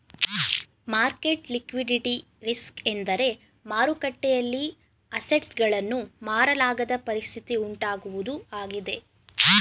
market liquidity risk ಎಂದರೆ ಮಾರುಕಟ್ಟೆಯಲ್ಲಿ assets ಗಳನ್ನು ಮಾರಲಾಗದ ಪರಿಸ್ಥಿತಿ ಉಂಟಾಗುವುದು ಆಗಿದೆ